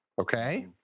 okay